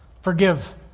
Forgive